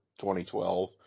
2012